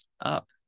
up